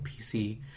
PC